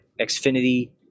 Xfinity